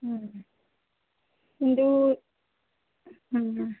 ହୁଁ କିନ୍ତୁ ହଁ